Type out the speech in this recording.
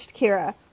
Kira